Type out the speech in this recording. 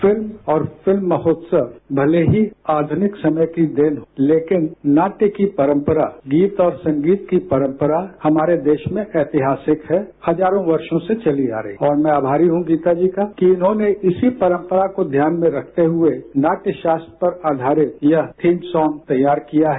film और film महोत्सव भले ही आध्निक समय की देन हो लेकिन नाटव की परंपरा गीत और संगीत की परंपरा हमारे देश में एतिहासिक है हजारो वर्षो से चली आ रही है और मैं अभारी हूं गीता जी का कि उन्होंने इसी परंपरा को ध्यान में रखते हुए नाट्वशास्त्र पर अधारित थीम सांग तैयार किया है